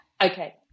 Okay